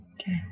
Okay